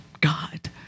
God